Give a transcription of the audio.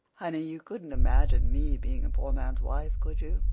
honey, you couldn't imagine me being a poor man's wife, could you?